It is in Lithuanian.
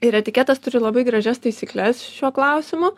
ir etiketas turi labai gražias taisykles šiuo klausimu